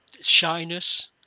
shyness